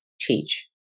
teach